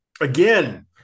Again